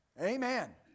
Amen